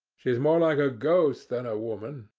she is more like a ghost than a woman.